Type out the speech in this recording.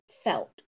felt